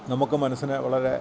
നമുക്ക് മനസ്സിനു വളരെ